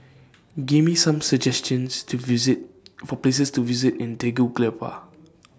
Give Me Some suggestions to visit For Places to visit in Tegucigalpa